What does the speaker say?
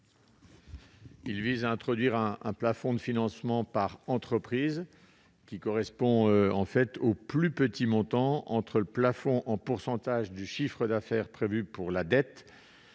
vise à instaurer un plafond de financement par entreprise correspondant au plus petit montant entre le plafond en pourcentage du chiffre d'affaires prévu pour la dette